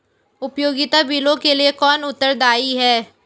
उपयोगिता बिलों के लिए कौन उत्तरदायी है?